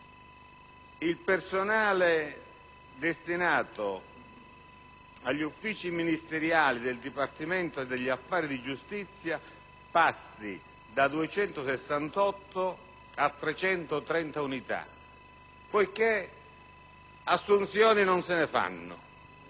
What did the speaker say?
il personale destinato agli uffici ministeriali del dipartimento degli affari di giustizia passi da 268 a 330 unità. Assunzioni non se ne fanno,